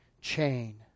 chain